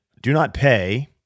do-not-pay